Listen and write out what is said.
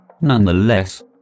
Nonetheless